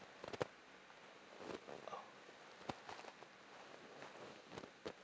orh